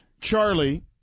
Charlie